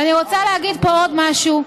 ואני רוצה להגיד פה עוד משהו.